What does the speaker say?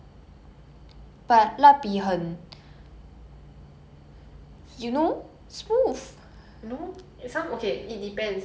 no some okay it depends certain like shi~ I mean certain 比较烂货 of 蜡笔 is very like